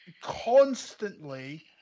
constantly